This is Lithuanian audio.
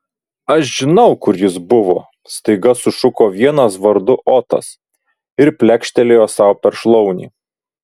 aš žinau kur jis buvo staiga sušuko vienas vardu otas ir plekštelėjo sau per šlaunį